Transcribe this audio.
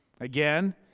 Again